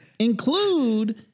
include